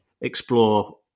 explore